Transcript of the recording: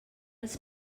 els